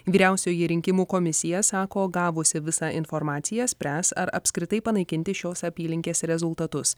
vyriausioji rinkimų komisija sako gavusi visą informaciją spręs ar apskritai panaikinti šios apylinkės rezultatus